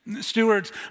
Stewards